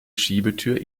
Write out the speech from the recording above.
schiebetür